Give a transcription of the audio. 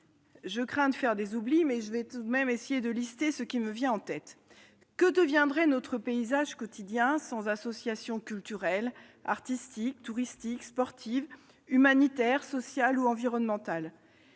Craignant de faire des oublis, je vais essayer de lister ce qui me vient en tête. Que deviendrait notre paysage quotidien sans associations culturelles, artistiques, touristiques, sportives, humanitaires, sociales ou environnementales ?